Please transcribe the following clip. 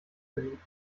verbieten